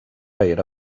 era